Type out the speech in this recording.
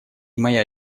моя